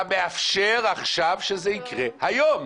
אתה מאפשר עכשיו שזה יקרה היום.